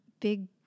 big